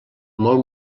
molt